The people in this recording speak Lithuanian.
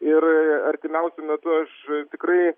ir artimiausiu metu aš tikrai